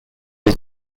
was